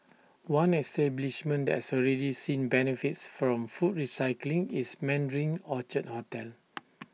one establishment that has already seen benefits from food recycling is Mandarin Orchard hotel